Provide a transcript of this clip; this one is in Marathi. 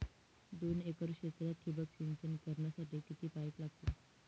दोन एकर क्षेत्रात ठिबक सिंचन करण्यासाठी किती पाईप लागतील?